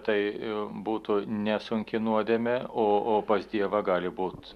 tai būtų nesunki nuodėmė o o pas dievą gali būt